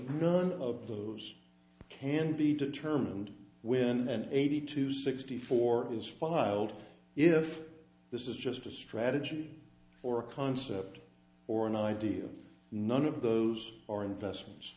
none of those can be determined when an eighty to sixty four is filed if this is just a strategy or a concept or an idea none of those are investments